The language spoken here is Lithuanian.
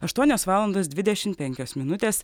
aštuonios valandos dvidešimt penkios minutės